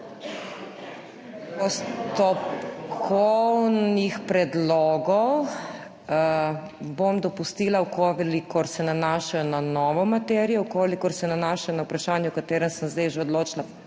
Postopkovne predloge bom dopustila, če se nanašajo na novo materijo, če se nanašajo na vprašanje, o katerem sem zdaj odločila